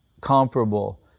comparable